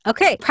Okay